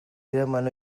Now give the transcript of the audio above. eraman